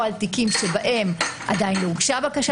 על או תיקים שבהם עדיין לא הוגשה בקשה